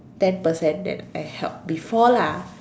ten percent than I help before lah